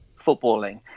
footballing